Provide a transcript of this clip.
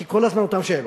כי כל הזמן אותן שאלות,